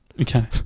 Okay